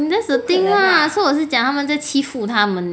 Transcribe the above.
that's the thing ah so 我是讲他们在欺负他们